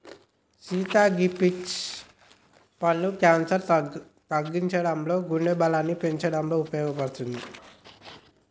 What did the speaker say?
సీత గీ పీచ్ పండు క్యాన్సర్ తగ్గించడంలో గుండె బలాన్ని పెంచటంలో ఉపయోపడుతది